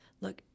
look